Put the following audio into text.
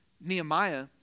Nehemiah